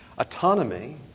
Autonomy